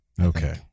Okay